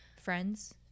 Friends